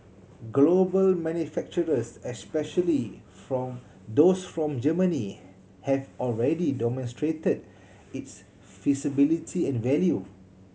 global manufacturers especially from those from Germany have already demonstrated its feasibility and value